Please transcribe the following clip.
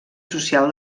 social